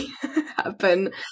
happen